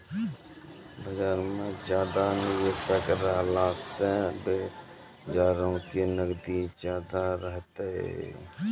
बजार मे ज्यादा निबेशक रहला से बजारो के नगदी ज्यादा रहतै